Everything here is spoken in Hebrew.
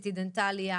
CT דנטלי,